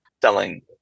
selling